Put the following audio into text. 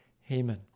Haman